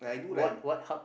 what what hug